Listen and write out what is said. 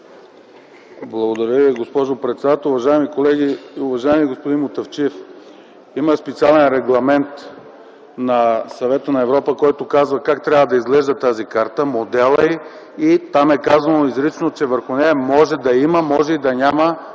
Благодаря Ви, госпожо председател. Уважаеми колеги, уважаеми господин Мутафчиев! Има специален регламент на Съвета на Европа, който казва как трябва да изглежда тази карта, моделът й и там е казано изрично, че върху нея може да има, може и да няма